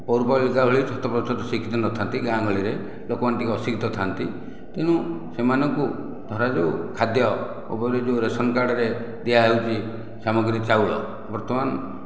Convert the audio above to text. ପୌରପାଳିକା ଭଳି ଶତ ପ୍ରତିଶତ ଶିକ୍ଷିତ ନଥାନ୍ତି ଗାଁ ଗହଳିରେ ଲୋକମାନେ ଟିକିଏ ଅଶିକ୍ଷିତ ଥାଆନ୍ତି ତେଣୁ ସେମାନଙ୍କୁ ଧରାଯାଉ ଖାଦ୍ୟ ଉପଯୋଗୀ ଯେଉଁ ରାସନ୍ କାର୍ଡ଼ରେ ଦିଆହେଉଛି ସାମଗ୍ରୀ ଚାଉଳ ବର୍ତ୍ତମାନ